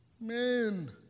man